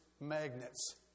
magnets